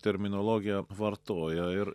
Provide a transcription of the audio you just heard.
terminologiją vartoja ir